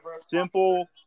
simple